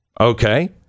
Okay